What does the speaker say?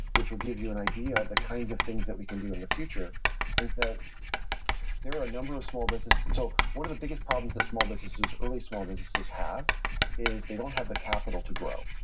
which will give you an idea of the kinds of things that we can do in the future is that there are a number of small businesses and so one of the biggest problems that small businesses, early small businesses have is they don't have the capital to grow.